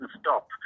stop